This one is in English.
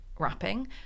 wrapping